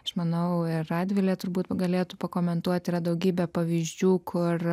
aš manau radvilė turbūt galėtų pakomentuoti yra daugybė pavyzdžių kur